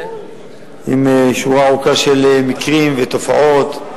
עם שורה ארוכה של מקרים ותופעות,